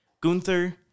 Gunther